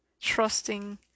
trusting